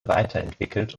weiterentwickelt